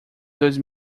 dois